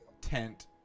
tent